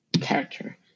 character